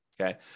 okay